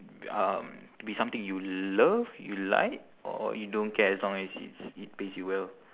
um to be something you love you like or you don't care as long as it's it pays you well